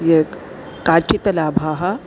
य काचित् लाभाः